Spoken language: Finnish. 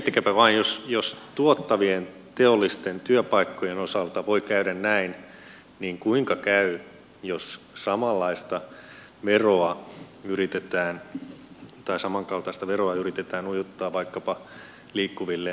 miettikääpä vain jos tuottavien teollisten työpaikkojen osalta voi käydä näin niin kuinka käy jos samankaltaista veroa yritetään ujuttaa vaikkapa liikkuville rahoitusmarkkinoille